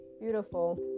beautiful